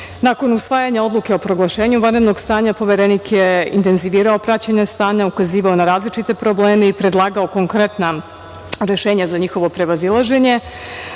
usvajanja Odluke o proglašenju vanrednog stanja Poverenik je intenzivirao praćenje stanja, ukazivao na različite probleme i predlagao konkretna rešenja za njihovo prevazilaženje.